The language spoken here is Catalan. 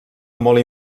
molt